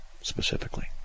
specifically